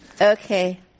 Okay